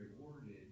rewarded